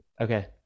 Okay